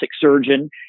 surgeon